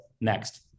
next